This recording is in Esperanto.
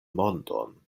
mondon